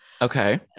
Okay